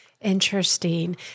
Interesting